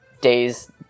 days